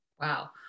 Wow